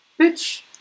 Bitch